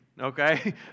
okay